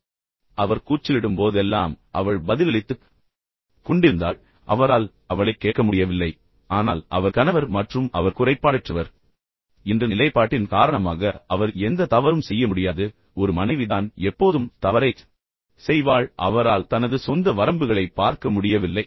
எனவே அவர் கூச்சலிடும்போதெல்லாம் அவள் பதிலளித்துக் கொண்டிருந்தாள் ஆனால் அவரால் அவளைக் கேட்க முடியவில்லை ஆனால் அவர் கணவர் மற்றும் அவர் குறைபாடற்றவர் என்ற நிலைப்பாட்டின் காரணமாக அவர் எந்த தவறும் செய்ய முடியாது மேலும் ஒரு மனைவி தான் எப்போதும் தவறைச் செய்வாள் அவரால் தனது சொந்த வரம்புகளைப் பார்க்க முடியவில்லை